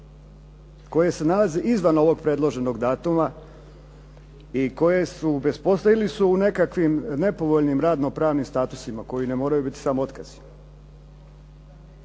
koje se nalaze izvan ovog predloženog datuma i koje su bez posla ili su u nekakvim nepovoljnim radno-pravnim statusima koji ne moraju biti samo otkazi.